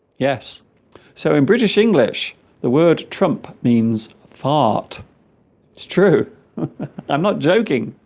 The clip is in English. yes so in british english the word trump means fart it's true i'm not joking